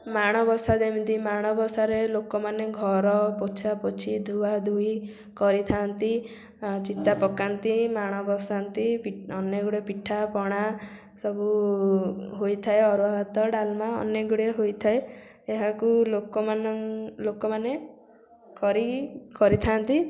ମାଣବସା ଯେମିତି ମାଣବସାରେ ଲୋକମାନେ ଘର ପୋଛା ପୋଛି ଧୂଆ ଧୂଇ କରିଥାନ୍ତି ଚିତା ପକାନ୍ତି ମାଣ ବସାନ୍ତି ଅନେକ ଗୁଡ଼ିଏ ପିଠାପଣା ସବୁ ହୋଇଥାଏ ଅରୁଆ ଭାତ ଡାଲମା ଆନେକ ଗୁଡ଼ିଏ ହୋଇଥାଏ ଏହାକୁ ଲୋକ ଲୋକମାନେ କରି କରିଥାନ୍ତି